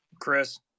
chris